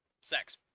sex